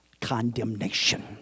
condemnation